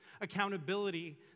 accountability